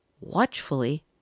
watchfully